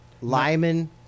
Lyman